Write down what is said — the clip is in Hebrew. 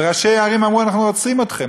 וראשי הערים אמרו: אנחנו רוצים אתכם,